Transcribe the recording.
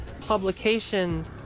publication